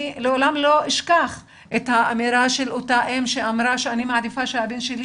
אני לעולם לא אשכח את האמירה של אותה אם שאמרה שהיא מעדיפה שהבן שלה